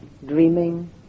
Dreaming